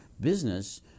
business